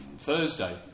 Thursday